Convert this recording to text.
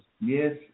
Yes